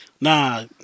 nah